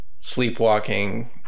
sleepwalking